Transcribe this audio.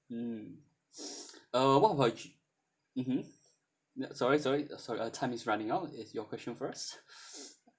mm uh what about mmhmm sorry sorry sor~ time is running out is your question first